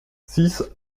six